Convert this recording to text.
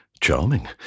Charming